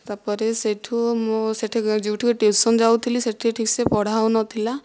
ତାପରେ ସେଇଠୁ ମୁଁ ସେଇଠି ଯେଉଁଠିକି ଟିଉସନ୍ ଯାଉଥିଲି ସେଇଠି ଠିକ୍ସେ ପଢ଼ା ହେଉନଥିଲା